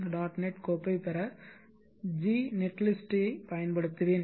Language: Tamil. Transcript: net கோப்பைப் பெற gnetlist ஐப் பயன்படுத்துவேன்